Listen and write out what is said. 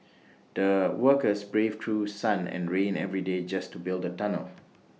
the workers braved through sun and rain every day just to build the tunnel